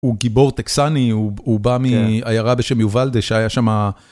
הוא גיבור טקסני, הוא בא מהעיירה בשם יובלדה שהיה שם...